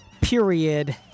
period